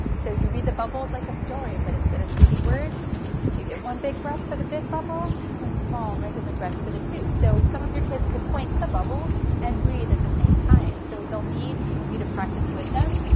so you read the bubbles like a story, but instead of speaking words you give one big breath for the big bubble, and then small regular breaths for the two. so some of your kids could point to the bubbles and breathe at the same time. so they'll need you to practice with them,